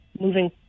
moving